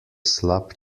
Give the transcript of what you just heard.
slab